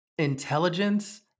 intelligence